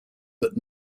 but